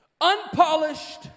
unpolished